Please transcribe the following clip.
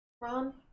Ron